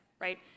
right